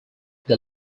they